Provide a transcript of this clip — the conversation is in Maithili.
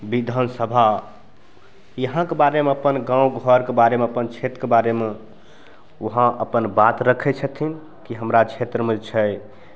विधानसभा यहाँके बारेमे अपन गामघरके बारेमे अपन क्षेत्रके बारेमे वहाँ अपन बात रखै छथिन कि हमरा क्षेत्रमे जे छै